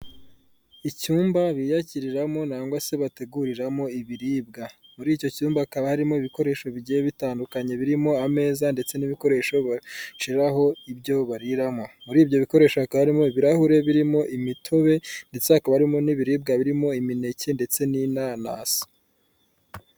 Icyumba biyakiriramo cyangwa se bateguriramo ibiribwa. Muri icyo cyumba hakaba harimo ibikoresho bigiye bitandukanye, birimo ameza ndetse n'ibikoresho bashyiraho ibyo bariramo. Muri ibyo bikoresho hakaba harimo ibirahuri birimo imitobe ndetse hakaba harimo n'ibiribwa birimo imineke ndetse n'inanasi.